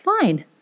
fine